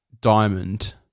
diamond